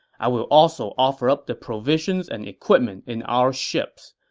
i will also offer up the provisions and equipment in our ships.